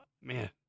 man